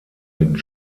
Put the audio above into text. mit